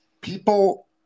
People